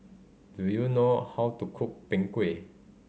do you know how to cook Png Kueh